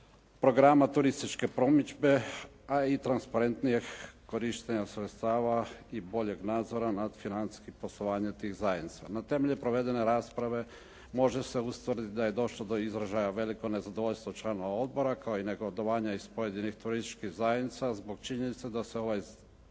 programa turističke promidžbe a i transparentnijeg korištenja sredstava i boljeg nadzora nad financijskih poslovanja tih zajednica. Na temelju provedene rasprave može se ustvrditi da je došlo do izražaja veliko nezadovoljstvo članova odbora kao i negodovanja iz pojedinih turističkih zajednica zbog činjenice da se ovaj zakon